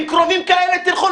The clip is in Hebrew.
אם קרובים כאלה, תלכו.